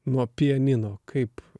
nuo pianino kaip